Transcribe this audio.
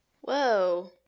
Whoa